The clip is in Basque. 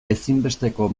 ezinbesteko